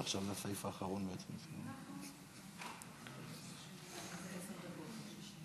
ההצעה להעביר את הנושא לוועדת הפנים והגנת הסביבה